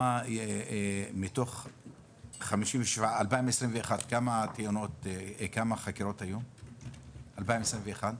מתוך 57, כמה חקירות היו ב-2021?